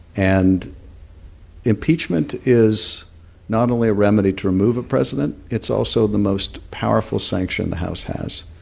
and impeachment is not only a remedy to remove a president it's also the most powerful sanction the house has.